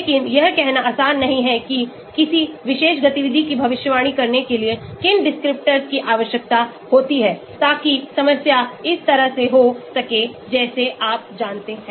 लेकिन यह कहना आसान नहीं है कि किसी विशेष गतिविधि की भविष्यवाणी करने के लिए किन descriptors की आवश्यकता होती है ताकि समस्या इस तरह से हो सके जैसे आप जानते हैं